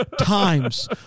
times